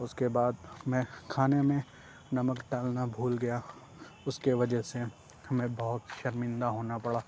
اُس کے بعد میں کھانے میں نمک ڈالنا بھول گیا اُس کے وجہ سے ہمیں بہت شرمندہ ہونا پڑا